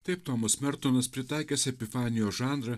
taip tomas mertonas pritaikęs epifanijos žanrą